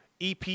EP